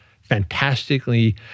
fantastically